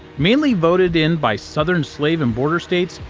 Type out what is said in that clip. mainly voted in by southern slave and border states,